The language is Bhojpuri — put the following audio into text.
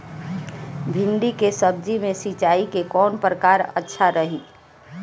भिंडी के सब्जी मे सिचाई के कौन प्रकार अच्छा रही?